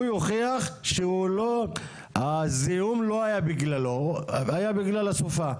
הוא יוכיח שהזיהום לא היה בגללו, היה בגלל הסופה.